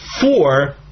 four